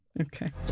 Okay